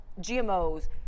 GMOs